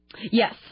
Yes